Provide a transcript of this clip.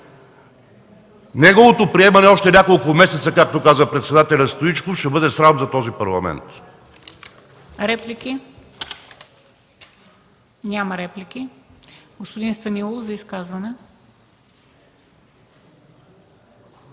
Неговото приемане още няколко месеца, както каза председателят Стоичков, ще бъде срам за този парламент.